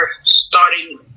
starting